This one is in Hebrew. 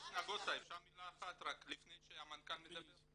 אפשר רק מילה לפני שהמנכ"ל מדבר?